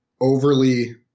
overly